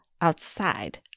outside